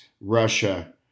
Russia